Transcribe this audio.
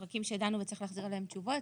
ובפרקים שדנו בהם וצריך להחזיר עליהם תשובות,